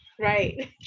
Right